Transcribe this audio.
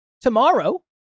Tomorrow